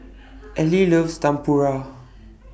Eli loves Tempura